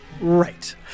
Right